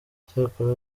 cyakora